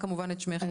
לדייק.